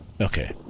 Okay